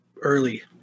early